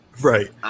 right